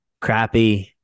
crappy